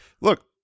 look